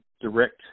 direct